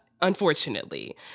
unfortunately